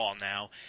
now